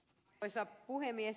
arvoisa puhemies